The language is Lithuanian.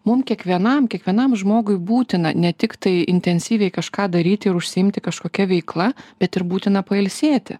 mum kiekvienam kiekvienam žmogui būtina ne tik tai intensyviai kažką daryti ir užsiimti kažkokia veikla bet ir būtina pailsėti